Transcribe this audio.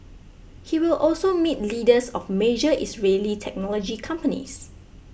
he will also meet leaders of major Israeli technology companies